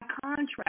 contract